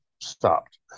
stopped